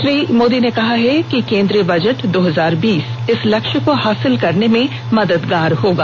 श्री मोदी ने कहा कि केन्द्रीय बजट दो हजार बीस इस लक्ष्य को हासिल करने में मददगार होगा